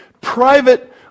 private